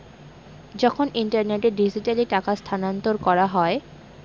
যখন ইন্টারনেটে ডিজিটালি টাকা স্থানান্তর করা হয়